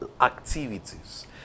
activities